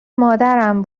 مادرم